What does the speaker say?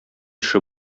эше